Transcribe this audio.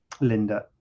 Linda